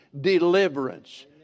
deliverance